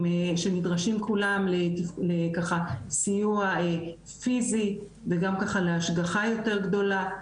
שנדרשים כולם לככה סיוע פיזי וגם ככה להשגחה יותר גדולה,